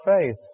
faith